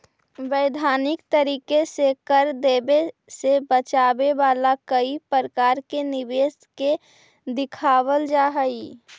वैधानिक तरीके से कर देवे से बचावे वाला कई प्रकार के निवेश के दिखावल जा हई